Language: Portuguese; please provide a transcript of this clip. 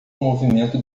movimento